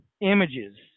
images